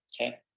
Okay